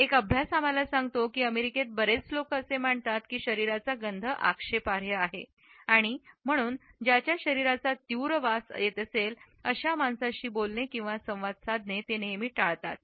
एक अभ्यास आम्हाला सांगतो की अमेरिकेत बरेच लोक असे मानतात की शरीराचा गंध आक्षेपार्ह आहे आणि ज्याच्या शरीराचा तीव्र वास येत असेल अशा माणसाशी बोलणे किंवा संवाद साधणे ते नेहमी टाळतात